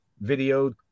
video